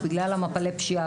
בגלל אחוז הפשיעה,